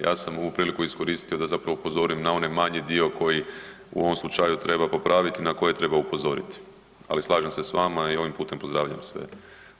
Ja sam ovu priliku iskoristio da zapravo upozorim na onaj manji dio koji u ovom slučaju treba popraviti i na koje treba upozoriti, ali slažem se s vama i ovim putem pozdravljam ih sve